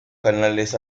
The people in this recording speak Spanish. canales